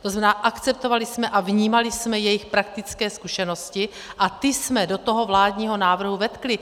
To znamená, akceptovali jsme a vnímali jsme jejich praktické zkušenosti a ty jsme do toho vládního návrhu vetkli.